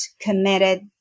committed